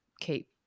keep